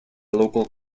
local